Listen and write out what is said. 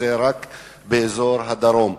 כאילו זה רק באזור הדרום.